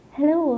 Hello